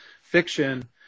fiction